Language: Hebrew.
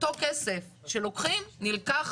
אותו כסף שלוקחים, נלקח